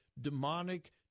demonic